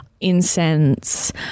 Incense